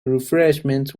refreshments